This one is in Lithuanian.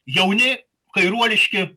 jauni kairuoliški